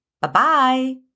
Bye-bye